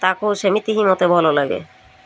ତାଙ୍କୁ ସେମିତି ହିଁ ମୋତେ ଭଲ ଲାଗେ